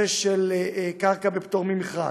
קרקע בפטור ממכרז,